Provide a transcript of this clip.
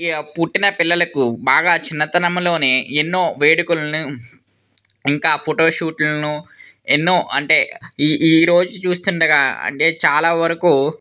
ఇంకా పుట్టిన పిల్లలకు బాగా చిన్నతనములోనే ఎన్నో వేడుకలను ఇంకా ఫోటోషూట్లను ఎన్నో అంటే ఈ ఈరోజు చూస్తుండగా అంటే చాలా వరకు